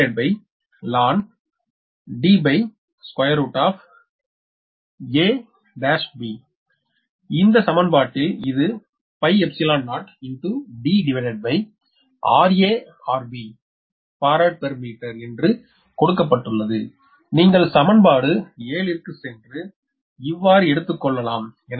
CAB0ln DrArB இந்த சமன்பாட்டில் இது 𝜋𝜖0DrArB பாரட் பெர் மீட்டர் என்று கொடுக்கப்பட்டுள்ளது நீங்கள் சமன்பாடு 7 ற்கு சென்று இவ்வாறு எடுத்துக்கொள்ளலாம்